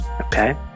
Okay